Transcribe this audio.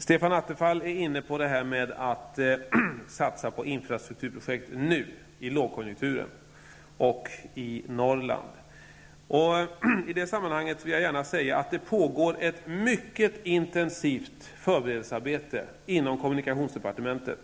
Stefan Attefall är inne på att satsa på infrastrukturprojekt i Norrland nu under lågkonjunkturen. I det sammanhanget vill jag gärna säga att det pågår ett mycket intensivt förberedelsearbete inom kommunikationsdepartementet.